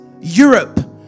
Europe